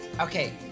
Okay